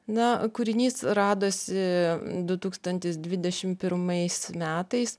na kūrinys radosi du tūkstantis dvidešim pirmais metais